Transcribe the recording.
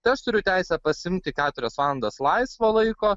tai aš turiu teisę pasiimti keturias valandas laisvo laiko